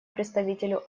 представителю